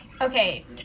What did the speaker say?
okay